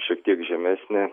šiek tiek žemesni